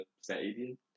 stadium